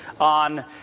on